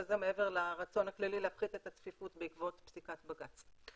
וזה מעבר לרצון הכללי להפחית את הצפיפות בעקבות פסיקת בג"ץ.